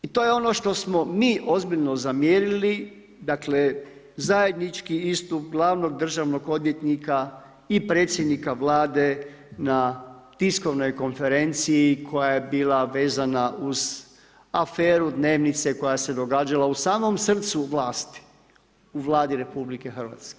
I to je ono što smo mi ozbiljno zamjerili, dakle zajednički istup glavnog državnog odvjetnika i predsjednika Vlade na tiskovnoj konferenciji koja je bila vezana uz aferu Dnevnice koja se događa u samom srcu vlasti u Vladi Rh.